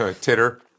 titter